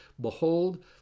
Behold